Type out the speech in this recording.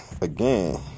again